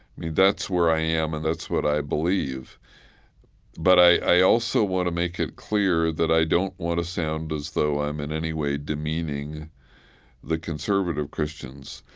mean, that's where i am and that's what i believe but i also want to make it clear that i don't want to sound as though i'm in any way demeaning the conservative christians,